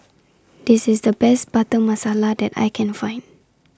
This IS The Best Butter Masala that I Can Find